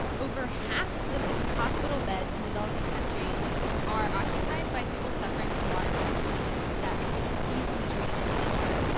over half the hospital beds in developing countryies are occupied by people suffering from water-borne diseases that can be easily treated treated with clean water.